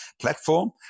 platform